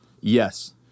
Yes